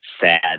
sad